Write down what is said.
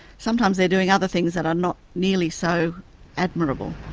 sometimes they're doing other things that are not nearly so admirable.